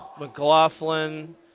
McLaughlin